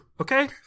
Okay